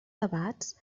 debats